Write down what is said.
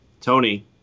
Tony